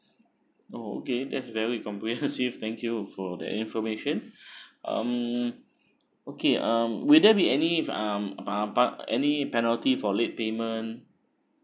oh okay that's very comprehensive thank you for that information um okay um will there be any if um part part any penalty for late payment